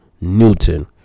Newton